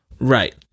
Right